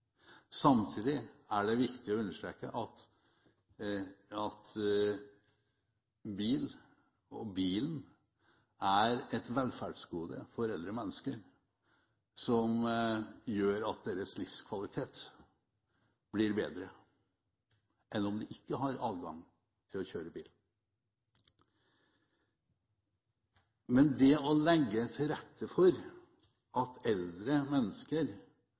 Samtidig er det viktig å understreke at bilen er et velferdsgode for eldre mennesker som gjør at deres livskvalitet blir bedre enn om de ikke har adgang til å kjøre bil. Det å legge til rette for at eldre mennesker